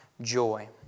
joy